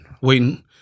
Waiting